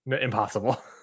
Impossible